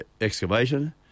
excavation